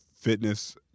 fitness